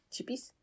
Chippies